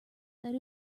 that